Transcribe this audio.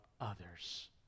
others